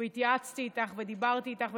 והתייעצתי איתך ודיברתי איתך.